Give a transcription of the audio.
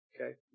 Okay